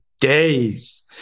days